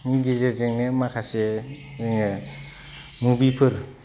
नि गेजेरजोंनो माखासे जोङो मुभिफोर